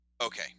Okay